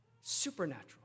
supernatural